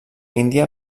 índia